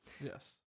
Yes